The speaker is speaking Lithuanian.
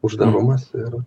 uždarumas ir